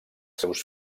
seus